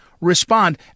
respond